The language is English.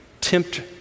tempt